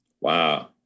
Wow